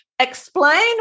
Explain